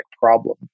problem